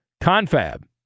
confab